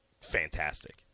fantastic